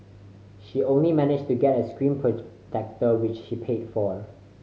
she only managed to get a screen protector which she paid for